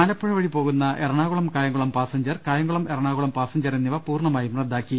ആലപ്പുഴ വഴി പോകുന്ന Ernakulam Kayamkulam passenger Kayamkulam Ernakulam passenger എന്നിവ പൂർണമായും റദ്ദാക്കി